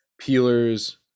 Peelers